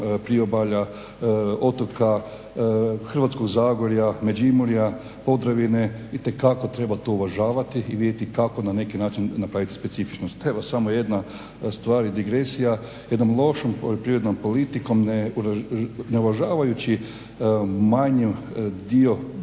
priobalja, otoka, Hrvatskog zagorja, Međimurja, Podravine itekako treba to uvažavati i vidjeti kako na neki način napraviti specifičnost. Evo samo jedna stvar i digresija, jednom lošom poljoprivrednom politikom ne uvažavajući manji dio